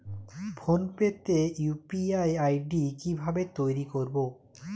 Phone pay তে UPI ID কি ভাবে তৈরি করবো?